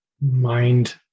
mind